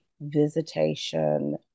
Visitation